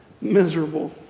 miserable